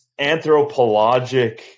anthropologic